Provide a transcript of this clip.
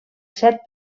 set